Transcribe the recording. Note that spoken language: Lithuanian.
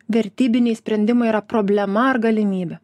vertybiniai sprendimai yra problema ar galimybė